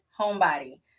homebody